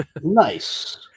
Nice